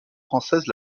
française